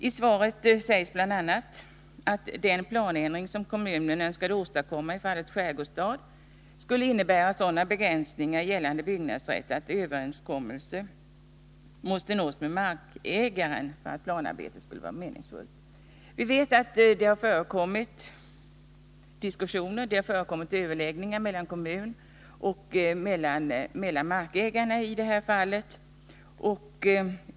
I svaret sägs bl.a. att den planändring som kommunen önskade åstadkomma i fråga om skärgårdsstadsprojektet skulle innebära sådana begränsningar i gällande byggnadsrätt att överenskommelse måste nås med markägaren för att arbetet skulle vara meningsfullt. Jag vill dock peka på att det förekommit överläggningar mellan kommunen och markägarna i detta fall.